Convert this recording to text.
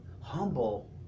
humble